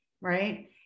Right